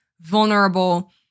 vulnerable